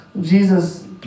Jesus